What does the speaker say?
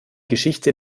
geschichte